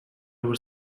over